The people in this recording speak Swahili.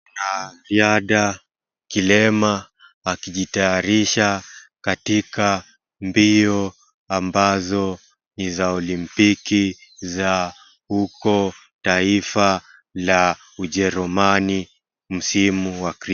Kiada kilema akijitayarisha katika mbio ambazo ni za Olimpiki za huko taifa la Ujerumani msimu wa.